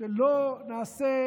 שלא נעשה,